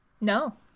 no